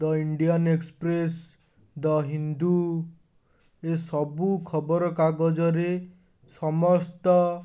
the Indian Express the Hindu ଏସବୁ ଖବରକାଗଜରେ ସମସ୍ତ